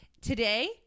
Today